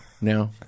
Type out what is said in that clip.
no